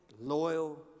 loyal